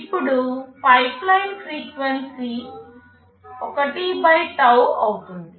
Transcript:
ఇప్పుడు pipeline frequency 1 tau అవుతుంది